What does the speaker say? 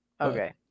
Okay